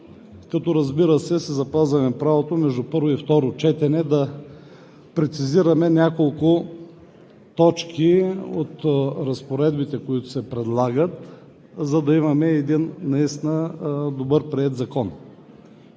като, разбира се, си запазваме правото между първо и второ четене да прецизираме няколко точки от разпоредбите, които се предлагат, за да имаме един наистина добър приет закон.